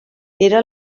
era